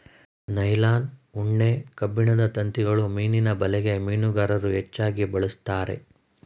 nylon, ಉಣ್ಣೆ, ಕಬ್ಬಿಣದ ತಂತಿಗಳು ಮೀನಿನ ಬಲೆಗೆ ಮೀನುಗಾರರು ಹೆಚ್ಚಾಗಿ ಬಳಸ್ತರೆ